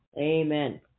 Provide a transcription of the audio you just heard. Amen